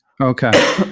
Okay